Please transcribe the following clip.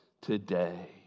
today